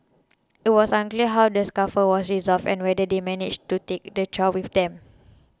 it was unclear how the scuffle was resolved and whether they managed to take the child with them